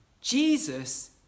Jesus